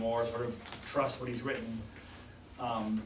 more sort of trust what he's written